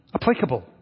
applicable